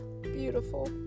beautiful